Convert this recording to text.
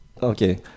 Okay